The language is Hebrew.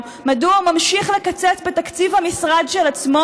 מדוע הוא ממשיך לקצץ בתקציב המשרד של עצמו,